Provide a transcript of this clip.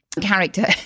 character